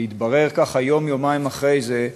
וזה התברר יום-יומיים אחרי זה,